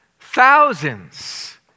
thousands